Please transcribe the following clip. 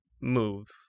move